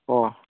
ꯑꯣ